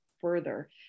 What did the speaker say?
further